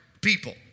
people